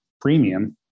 premium